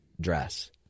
dress